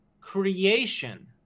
creation